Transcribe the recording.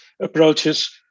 approaches